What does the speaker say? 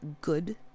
good